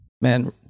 man